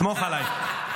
סמוך עליי.